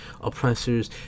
oppressors